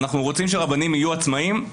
אנחנו רוצים שרבנים יהיו עצמאים,